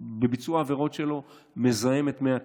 ובביצוע העבירות שלו הוא מזהם את מי התהום,